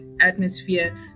atmosphere